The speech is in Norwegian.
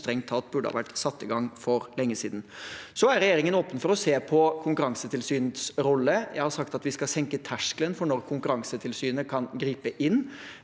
som strengt tatt burde ha vært satt i gang for lenge siden. Regjeringen er åpen for å se på Konkurransetilsynets rolle. Jeg har sagt at vi skal senke terskelen for når Konkurransetilsynet kan gripe inn.